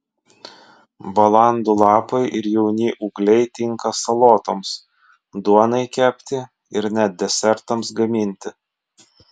balandų lapai ir jauni ūgliai tinka salotoms duonai kepti ir net desertams gaminti